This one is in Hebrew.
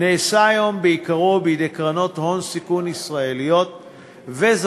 נעשה היום בעיקרו בידי קרנות הון סיכון ישראליות וזרות,